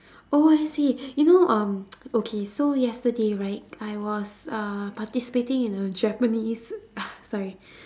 oh I see you know um okay so yesterday right I was uh participating in a japanese sorry